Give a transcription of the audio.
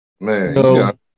Man